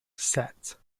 set